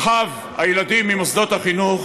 הרחקת אחָיו הילדים ממוסדות החינוך